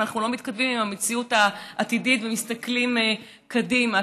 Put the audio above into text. אנחנו לא מתכתבים עם המציאות העתידית ומסתכלים קדימה.